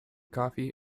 coffee